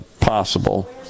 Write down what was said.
possible